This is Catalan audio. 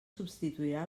substituirà